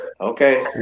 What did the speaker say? Okay